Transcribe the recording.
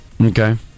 Okay